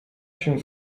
się